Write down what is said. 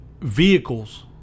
Vehicles